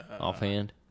offhand